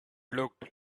looked